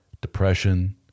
depression